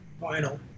vinyl